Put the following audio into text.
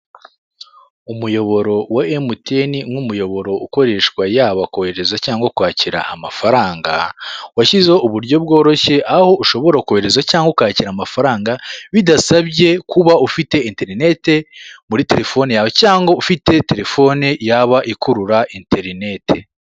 Umuyoboro wa emutiyeni nk'umuyoboro ukoreshwa yaba kohereza cyangwa kwakira amafaranga, washyizeho uburyo bworoshye aho ushobora kohereza cyangwa ukakira amafaranga bidasabye kuba ufite interinete muri telefone yawe cyangwa ufite telefone yaba ikurura interinete.